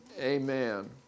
amen